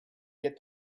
get